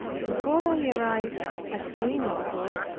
before i arrived at grenoble,